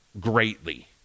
Greatly